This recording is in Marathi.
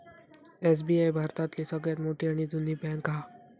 एस.बी.आय भारतातली सगळ्यात मोठी आणि जुनी बॅन्क हा